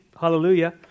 Hallelujah